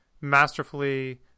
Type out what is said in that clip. masterfully